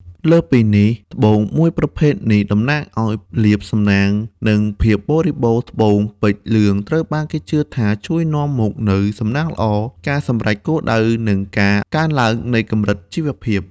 លើសពីនេះត្បូងមួយប្រភេទនេះតំណាងឱ្យលាភសំណាង និងភាពបរិបូរណ៍ត្បូងពេជ្រលឿងត្រូវបានគេជឿថាជួយនាំមកនូវ សំណាងល្អ ការសម្រេចគោលដៅ និងការកើនឡើងនៃកម្រិតជីវភាព។